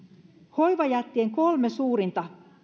hoivajättien kolme suurinta